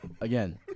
again